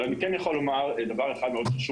אבל אני כן יכול לומר דבר אחד מאוד חשוב,